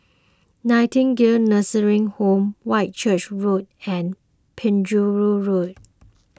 Nightingale Nursing Home Whitchurch Road and Penjuru Road